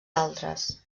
altres